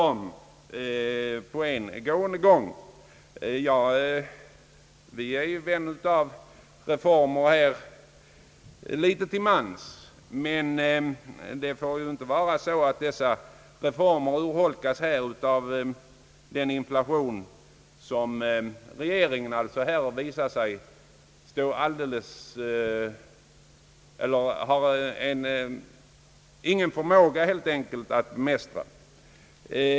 Vi är ju litet till mans vänner av reformer, men det får inte vara så att reformerna urholkas av den inflation som regeringen helt enkelt inte tycks ha någon förmåga att bemästra.